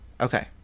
okay